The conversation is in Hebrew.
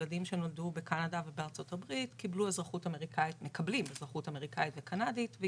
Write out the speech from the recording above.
ילדים שנולדו בקנדה ובארצות הברית מקבלים אזרחות אמריקאית וקנדית.